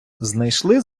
знайшли